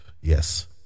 Yes